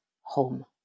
home